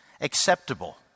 acceptable